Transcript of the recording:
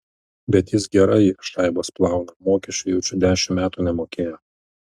bet jis gerai šaibas plauna mokesčių jaučiu dešimt metų nemokėjo